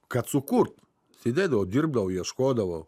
kad sukurt sėdėdavau dirbdavau ieškodavau